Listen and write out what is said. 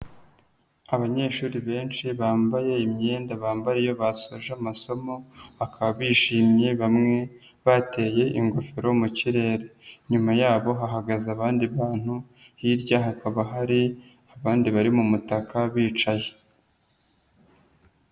Abanyeshuri benshi bambaye imyenda bambara iyo basoje amasomo, bakaba bishimye bamwe bateye ingofero mu kirere. Inyuma yabo hahagaze abandi bantu, hirya hakaba hari abandi bari mu mutaka bicaye.